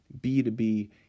B2B